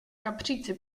kapříci